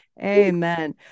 Amen